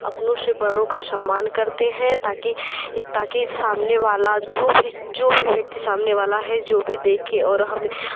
अपनों से बड़ों का सम्मान करते हैं ताकि ए ताकि सामने वाला जो भी जो भी व्यक्ति सामने वाला है जो भी देखें और हमें